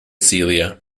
celia